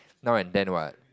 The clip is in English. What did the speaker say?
now and then what